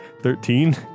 thirteen